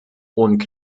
und